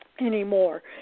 anymore